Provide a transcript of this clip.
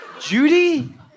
Judy